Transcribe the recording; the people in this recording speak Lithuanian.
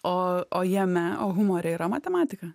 o o jame o humore yra matematika